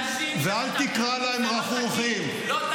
אנשים שמתדרכים, זה לא תקין.